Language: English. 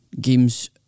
games